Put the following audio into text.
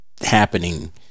happening